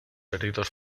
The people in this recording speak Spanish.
heridos